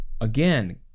Again